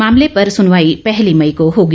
मामले पर सुनवाई पहली मई को होगी